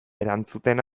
erantzuten